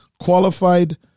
qualified